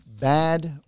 bad